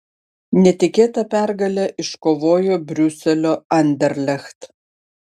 netikėtą pergalę iškovojo briuselio anderlecht